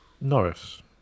Norris